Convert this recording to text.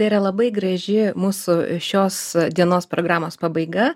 tai yra labai graži mūsų šios dienos programos pabaiga